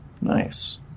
Nice